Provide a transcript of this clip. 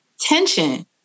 tension